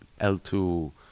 l2